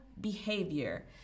behavior